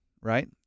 right